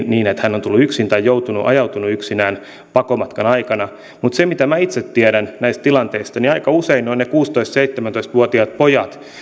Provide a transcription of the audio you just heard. niin että hän on tullut yksin tai ajautunut olemaan yksin pakomatkan aikana se mitä minä itse tiedän näistä tilanteista on että aika usein ne ovat ne kuusitoista viiva seitsemäntoista vuotiaat pojat